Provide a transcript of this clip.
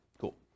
Cool